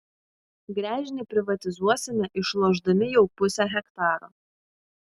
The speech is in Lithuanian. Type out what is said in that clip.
gręžinį privatizuosime išlošdami jau pusę hektaro